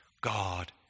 God